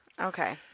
Okay